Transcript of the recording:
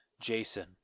Jason